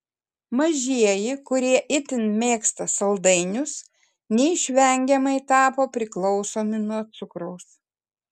mažieji kurie itin mėgsta saldainius neišvengiamai tapo priklausomi nuo cukraus